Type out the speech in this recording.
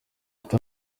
sita